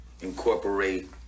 incorporate